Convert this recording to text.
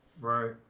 Right